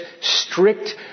strict